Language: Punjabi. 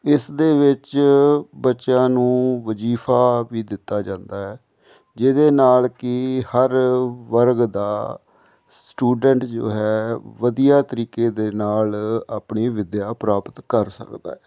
ਇਸ ਦੇ ਵਿੱਚ ਬੱਚਿਆਂ ਨੂੰ ਵਜ਼ੀਫਾ ਵੀ ਦਿੱਤਾ ਜਾਂਦਾ ਹੈ ਜਿਹਦੇ ਨਾਲ ਕੀ ਹਰ ਵਰਗ ਦਾ ਸਟੂਡੈਂਟ ਜੋ ਹੈ ਵਧੀਆ ਤਰੀਕੇ ਦੇ ਨਾਲ ਆਪਣੀ ਵਿੱਦਿਆ ਪ੍ਰਾਪਤ ਕਰ ਸਕਦਾ